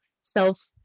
self